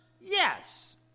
Yes